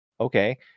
Okay